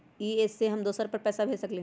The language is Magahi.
इ सेऐ हम दुसर पर पैसा भेज सकील?